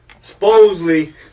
supposedly